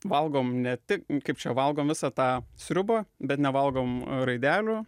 valgom ne tik kaip čia valgom visą tą sriubą bet nevalgom raidelių